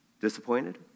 Disappointed